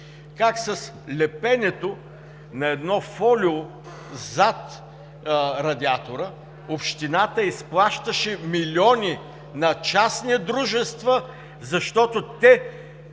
как с лепенето на едно фолио зад радиатора общината изплащаше милиони на частни дружества, защото те